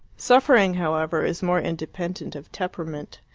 suffering, however, is more independent of temperament,